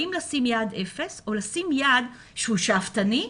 לשים יעד אפס או לשים יעד שהוא שאפתני,